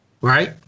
Right